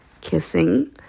kissing